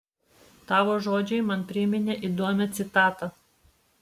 tavo žodžiai man priminė įdomią citatą